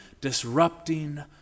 disrupting